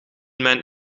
mijn